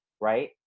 right